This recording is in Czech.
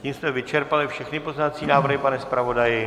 Tím jsme vyčerpali všechny pozměňovací návrhy, pane zpravodaji?